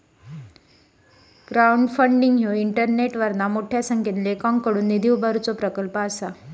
crowdfunding ह्यो इंटरनेटवरना मोठ्या संख्येन लोकांकडुन निधी उभारुचो प्रकल्प असा